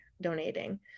donating